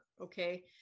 Okay